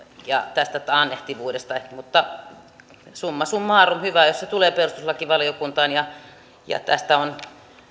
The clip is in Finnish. ja tästä taannehtivuudesta mutta summa summarum hyvä jos se tulee perustuslakivaliokuntaan ja ja tästä on